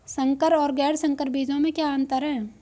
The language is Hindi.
संकर और गैर संकर बीजों में क्या अंतर है?